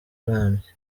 arambye